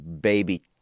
baby